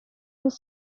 his